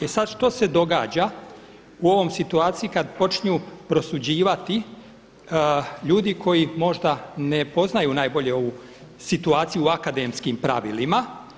E sada što se događa u ovoj situaciji kada počinju prosuđivati ljudi koji možda ne poznaju najbolje ovu situaciju u akademskim pravilima.